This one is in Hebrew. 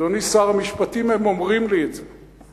אדוני שר המשפטים, הם אומרים לי את זה.